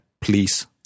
Please